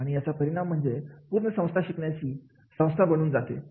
आणि याचा परिणाम म्हणजे पूर्ण संस्था शिकण्याची संस्था बनवून जाते